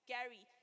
Gary